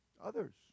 Others